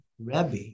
Rebbe